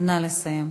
נא לסיים.